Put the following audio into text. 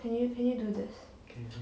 can you can you do this